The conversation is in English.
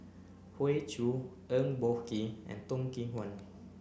Hoey Choo Eng Boh Kee and Toh Kim Hwa